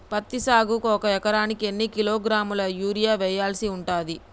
పత్తి సాగుకు ఒక ఎకరానికి ఎన్ని కిలోగ్రాముల యూరియా వెయ్యాల్సి ఉంటది?